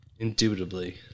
Indubitably